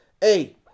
Hey